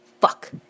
fuck